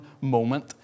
moment